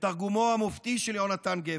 בתרגומו המופתי של יהונתן גפן: